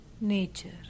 nature